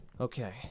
Okay